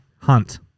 Hunt